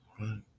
right